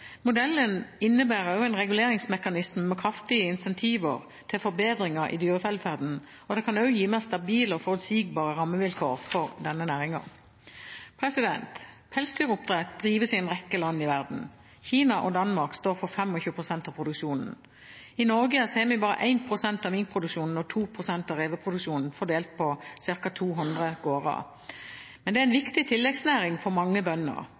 Modellen innebærer også en reguleringsmekanisme med kraftige incentiver til forbedringer i dyrevelferden. Det kan også gi mer stabile og forutsigbare rammevilkår for denne næringen. Pelsdyroppdrett drives i en rekke land i verden. Kina og Danmark står for 25 pst. av produksjonen. I Norge har vi bare 1 pst. av minkproduksjonen og 2 pst. av reveproduksjonen, fordelt på ca. 200 gårder. Men det er en viktig tilleggsnæring for mange bønder.